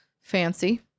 fancy